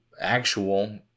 actual